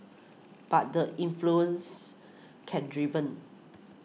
but the influence can driven